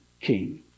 king